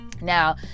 now